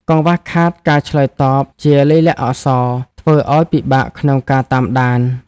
កង្វះខាតការឆ្លើយតបជាលាយលក្ខណ៍អក្សរ ធ្វើឱ្យពិបាកក្នុងការតាមដាន។